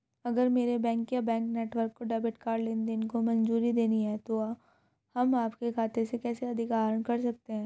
अगर मेरे बैंक या बैंक नेटवर्क को डेबिट कार्ड लेनदेन को मंजूरी देनी है तो हम आपके खाते से कैसे अधिक आहरण कर सकते हैं?